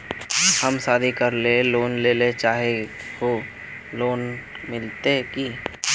हम शादी करले लोन लेले चाहे है लोन मिलते की?